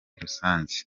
rusange